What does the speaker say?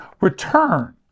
return